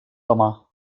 demà